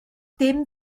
dim